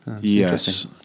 Yes